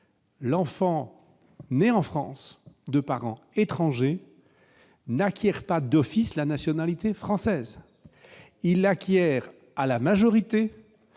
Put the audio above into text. L'enfant né en France de parents étrangers n'acquiert pas d'office la nationalité française. Il l'acquiert à la majorité,